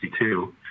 1962